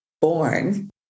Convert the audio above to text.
born